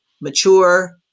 mature